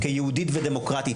כיהודית ודמוקרטית,